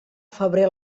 febrer